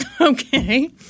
okay